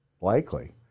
Likely